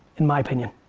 in my opinion.